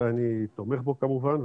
ואני תומך בו כמובן,